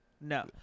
No